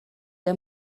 der